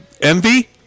envy